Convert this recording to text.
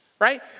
right